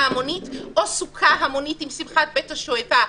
המונית או סוכה המונית עם שמחת בית השואבה,